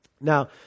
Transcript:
Now